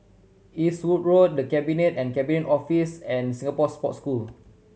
Eastwood Road The Cabinet and Cabinet Office and Singapore Sports School